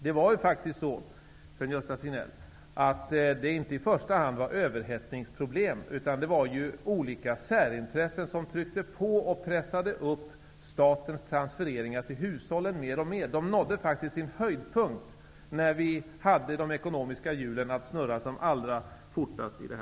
Det var faktiskt inte i första hand överhettningsproblem, Sven-Gösta Signell, utan det var olika särintressen som tryckte på och pressade upp statens transfereringar till hushållen mer och mer. De nådde faktiskt sin höjdpunkt när vi hade de ekonomiska hjulen att snurra som allra fortast här i landet.